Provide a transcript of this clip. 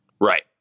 Right